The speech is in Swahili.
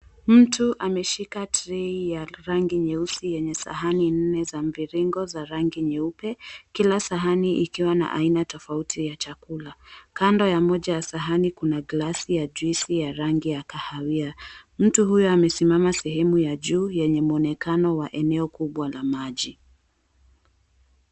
Mtu ameshika trey ya rangi nyeusi yenye sahani nne za mviringo za rangi nyeupe kila sahani ikiwa na aina tofauti ya chakula kando ya moja ya sahani, kuna glasi ya juicy ya rangi ya kahawia mtu huyo amesimama sehemu ya juu yenye muonekano wa eneo kubwa la maji.